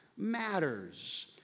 Matters